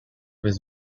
his